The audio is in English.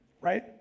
right